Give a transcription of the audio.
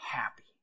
happy